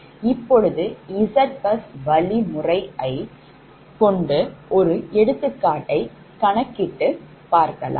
இப்பொழுது Zbus வழிமுறை ஐ கொண்டு ஒரு எடுத்துக்காட்டை கணக்கிட்டு பார்க்கலாம்